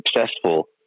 successful